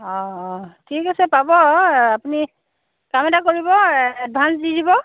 অঁ অঁ ঠিক আছে পাব অঁ আপুনি কাম এটা কৰিব এডভাঞ্চ দি দিব